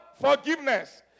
forgiveness